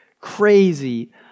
crazy